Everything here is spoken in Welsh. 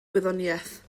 gwyddoniaeth